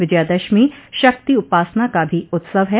विजयादशमी शक्ति उपासना का भी उत्सव है